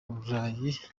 uburayi